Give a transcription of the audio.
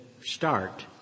start